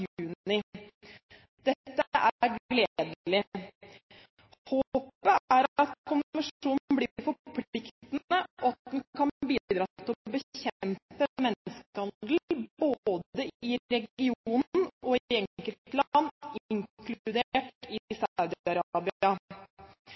i Saudi-Arabia i juni. Dette er gledelig. Håpet er at konvensjonen blir forpliktende, og at den kan bidra til å bekjempe menneskehandel, både i regionen og i enkeltland, inkludert i